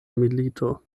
milito